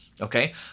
okay